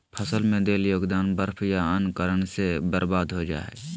फसल में देल योगदान बर्फ या अन्य कारन से बर्बाद हो जा हइ